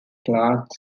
clark